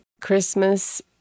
Christmas